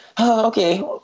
okay